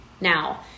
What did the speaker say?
now